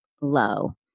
low